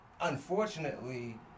unfortunately